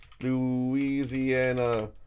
Louisiana